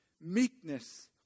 meekness